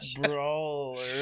Brawler